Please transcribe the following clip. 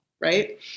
right